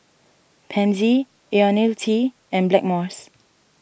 Pansy Ionil T and Blackmores